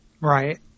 Right